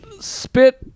spit